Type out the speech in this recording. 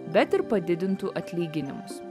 bet ir padidintų atlyginimus